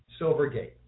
Silvergate